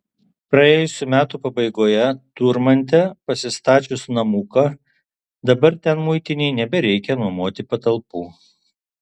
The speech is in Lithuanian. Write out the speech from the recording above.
praėjusių metų pabaigoje turmante pasistačius namuką dabar ten muitinei nebereikia nuomoti patalpų